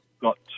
got